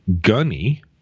gunny